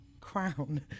Crown